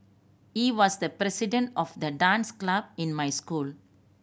he was the president of the dance club in my school